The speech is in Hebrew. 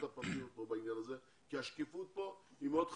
הפרטיות כי השקיפות כאן היא מאוד חשובה.